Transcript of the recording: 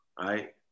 right